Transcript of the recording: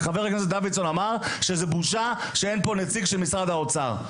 שחבר הכנסת דוידסון אמר שזו בושה שאין פה נציג של משרד האוצר.